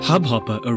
Hubhopper